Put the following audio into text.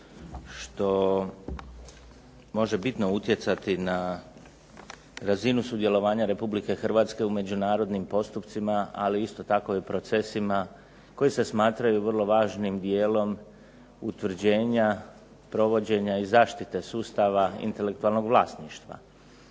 što može bitno utjecati na razinu sudjelovanja Republike Hrvatske u međunarodnim postupcima, ali isto tako i procesima koji se smatraju vrlo važnim dijelom utvrđenja provođenja i zaštite sustava intelektualnog vlasništva.